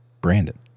brandon